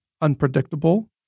unpredictable